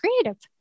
creative